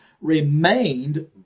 remained